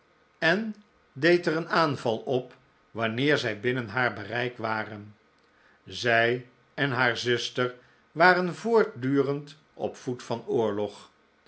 en deed er een aanval op wanneer zij binnen haar bereik waren zij en haar zuster waren voortdurend op voet van oorlog